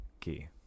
key